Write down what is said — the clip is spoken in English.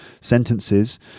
sentences